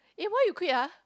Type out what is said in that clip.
eh why you quit ah